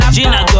Gina